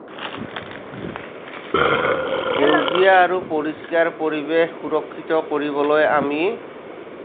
সেউজীয়া আৰু পৰিস্কাৰ পৰিবেশ সুৰক্ষিত কৰিবলৈ আমি